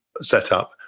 setup